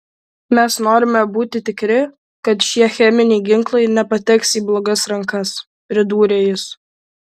mes norime būti tikri kad šie cheminiai ginklai nepateks į blogas rankas pridūrė jis